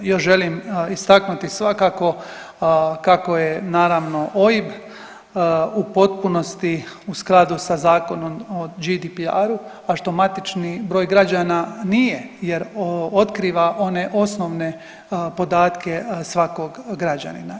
Još želim istaknuti svakako kako je naravno OIB u potpunosti u skladu sa zakonom o GDPR-u, a što matični broj građana nije jer otkriva one osnovne podatke svakog građanina.